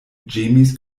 ĝemis